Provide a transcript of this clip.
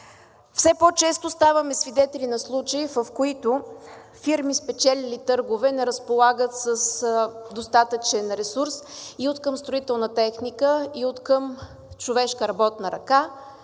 Все по-често ставаме свидетели на случаи, в които фирми, спечелили търгове, не разполагат с достатъчен ресурс и откъм строителна техника, и откъм човешка работна ръка,